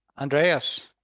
Andreas